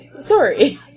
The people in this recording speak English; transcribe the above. Sorry